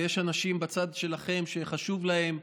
ויש אנשים בצד שלכם שחשוב להם,